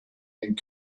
and